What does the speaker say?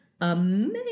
amazing